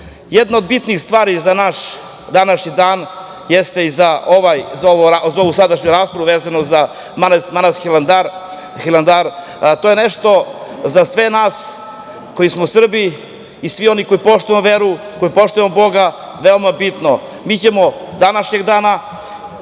Pavle. Jedna od bitnih stvari za današnji dan jeste i za ovu sadašnju raspravu, vezano za manastir Hilandar, to je nešto za sve nas koji smo Srbi i svi oni koji poštujemo veru, koji poštujemo Boga, veoma bitno. Mi ćemo današnjeg dana